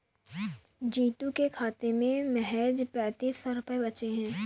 जीतू के खाते में महज पैंतीस सौ रुपए बचे हैं